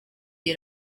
iyi